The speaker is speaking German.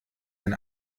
ein